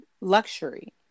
luxury